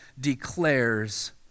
declares